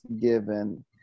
given